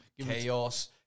chaos